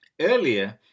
Earlier